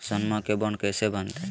सोनमा के बॉन्ड कैसे बनते?